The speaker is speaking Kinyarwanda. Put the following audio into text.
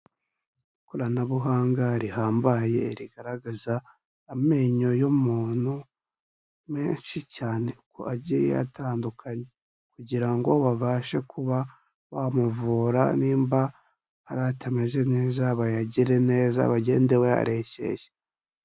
Ikoranabuhanga rihambaye rigaragaza amenyo y'umuntu menshi cyane kuko agiye atandukanye, kugira ngo babashe kuba bamuvura nimba hari atameze neza bayagire neza, bagende bayareshyeshya.